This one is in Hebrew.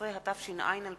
13), התש"ע 2010,